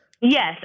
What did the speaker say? Yes